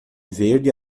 verde